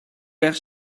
байх